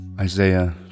Isaiah